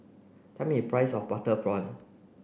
tell me a price of butter prawn